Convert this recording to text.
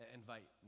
invite